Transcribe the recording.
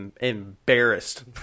embarrassed